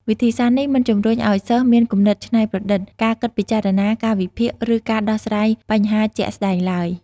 វិធីសាស្ត្រនេះមិនជំរុញឲ្យសិស្សមានគំនិតច្នៃប្រឌិត ការគិតពិចារណា ការវិភាគ ឬការដោះស្រាយបញ្ហាជាក់ស្តែងឡើយ។